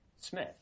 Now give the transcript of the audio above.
Smith